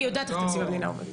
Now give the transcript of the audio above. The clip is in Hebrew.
אני יודעת איך תקציב המדינה עובד,